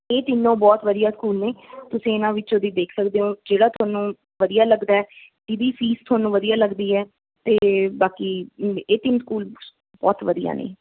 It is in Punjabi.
ਇਹ ਤਿੰਨੋਂ ਬਹੁਤ ਵਧੀਆ ਸਕੂਲ ਨੇ ਤੁਸੀਂ ਇਹਨਾਂ ਵਿੱਚੋਂ ਦੀ ਦੇਖ ਸਕਦੇ ਹੋ ਜਿਹੜਾ ਤੁਹਾਨੂੰ ਵਧੀਆ ਲੱਗਦਾ ਜਿਹਦੀ ਫੀਸ ਤੁਹਾਨੂੰ ਵਧੀਆ ਲੱਗਦੀ ਹੈ ਅਤੇ ਬਾਕੀ ਇਹ ਤਿੰਨ ਸਕੂਲ ਬਹੁਤ ਵਧੀਆ ਨੇ